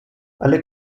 alle